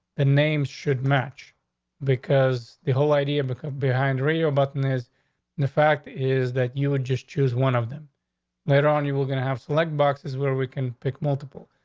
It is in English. the name should match because the whole idea behind radio button is the fact is that you would just choose one of them later on you, we're gonna have select boxes where we can pick multiple.